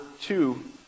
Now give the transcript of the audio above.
two